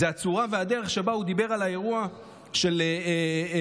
זה הצורה והדרך שבה הוא דיבר על האירוע של יובל,